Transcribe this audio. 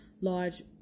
large